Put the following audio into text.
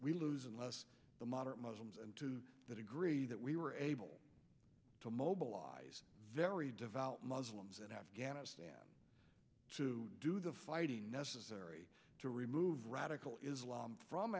we lose unless the moderate muslims and to the degree that we were able to mobilize very devout muslims in afghanistan to do the fighting necessary to remove radical islam from